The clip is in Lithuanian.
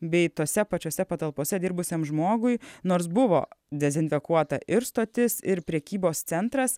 bei tose pačiose patalpose dirbusiam žmogui nors buvo dezinfekuota ir stotis ir prekybos centras